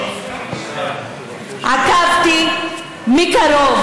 עקבתי מקרוב,